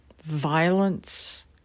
violence